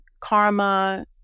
karma